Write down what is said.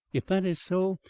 if that is so,